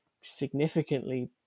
significantly